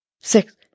six